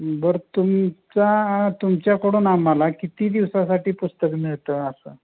बरं तुमचा तुमच्याकडून आम्हाला किती दिवसासाठी पुस्तक मिळतं असं